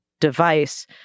device